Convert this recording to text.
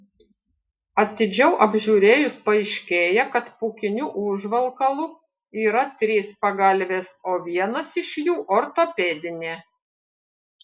atidžiau apžiūrėjus paaiškėja kad pūkiniu užvalkalu yra trys pagalvės o vienas iš jų ortopedinė